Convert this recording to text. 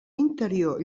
interior